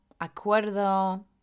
acuerdo